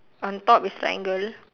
on top is triangle